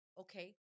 Okay